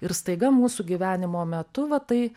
ir staiga mūsų gyvenimo metu va tai